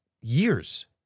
years